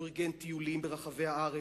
הוא ארגן טיולים ברחבי הארץ,